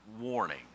warning